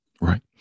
right